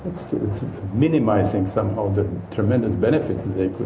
that's minimizing somehow the tremendous benefits they could